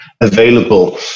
available